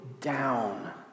down